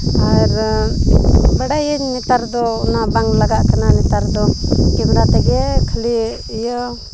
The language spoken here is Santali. ᱟᱨ ᱵᱟᱰᱟᱭᱟᱹᱧ ᱱᱮᱛᱟᱨ ᱫᱚ ᱚᱱᱟ ᱵᱟᱝ ᱞᱟᱜᱟᱜ ᱠᱟᱱᱟ ᱱᱮᱛᱟᱨ ᱫᱚ ᱠᱮᱢᱨᱟ ᱛᱮᱜᱮ ᱠᱷᱟᱹᱞᱤ ᱤᱭᱟᱹ